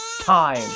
time